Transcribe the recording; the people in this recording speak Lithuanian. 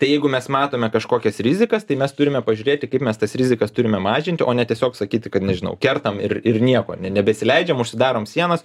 tai jeigu mes matome kažkokias rizikas tai mes turime pažiūrėti kaip mes tas rizikas turime mažinti o ne tiesiog sakyti kad nežinau kertam ir ir nieko nw nebesileidžiam užsidarom sienas